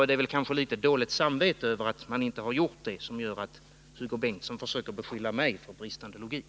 Det är kanske litet dåligt samvete över att man inte har gjort det som gör att Hugo Bengtsson försöker beskylla mig för bristande logik.